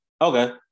Okay